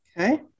Okay